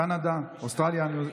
קנדה ואוסטרליה.